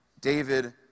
David